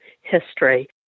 history